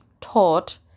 taught